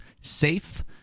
safe